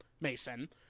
Mason